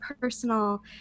personal